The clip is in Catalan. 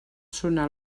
sonar